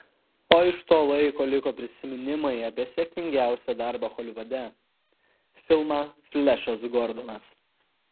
o iš to laiko liko prisiminimai apie sėkmingiausią darbą holivude filmą flešas gordonas